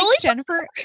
Jennifer